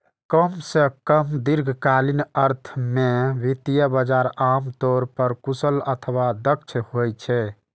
कम सं कम दीर्घकालीन अर्थ मे वित्तीय बाजार आम तौर पर कुशल अथवा दक्ष होइ छै